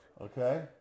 Okay